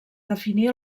definir